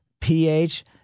pH